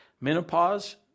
Menopause